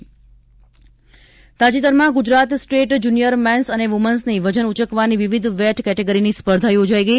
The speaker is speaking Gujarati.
પાવર લિફિંટગ તાજેતરમાં ગુજરાત સ્ટેટ જૂનિયર મેન્સ અને વુમન્સની વજન ઊંચકવાની વિવિધ વેટ કેટેગરીની સ્પર્ધા યોજાઈ ગઈ